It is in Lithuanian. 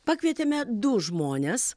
pakvietėme du žmones